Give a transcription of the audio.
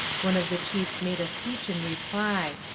one of the chiefs made a speech in reply.